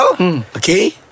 Okay